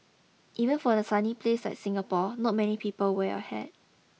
even for a sunny place like Singapore not many people wear a hat